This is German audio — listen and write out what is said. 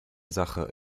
sache